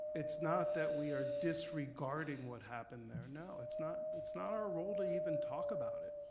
it's not that we are disregarding what happened there. no, it's not it's not our role to even talk about it.